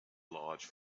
large